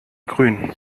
grün